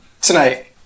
Tonight